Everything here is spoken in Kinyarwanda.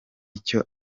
icyo